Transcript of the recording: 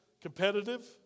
competitive